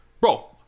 bro